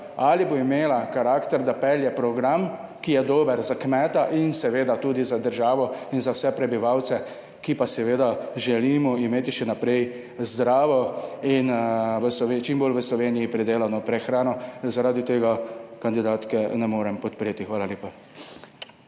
ali bo imela karakter, da pelje program, ki je dober za kmeta in seveda tudi za državo in za vse prebivalce, ki pa seveda želimo imeti še naprej zdravo in v čim bolj v Sloveniji pridelano prehrano. Zaradi tega kandidatke ne morem podpreti. Hvala lepa.